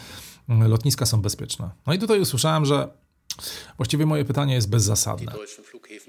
lotniska są bezpieczne. No i tutaj usłyszałem, że właściwie moje pytanie jest bezzasadne.